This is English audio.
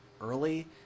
early